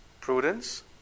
Prudence